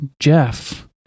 Jeff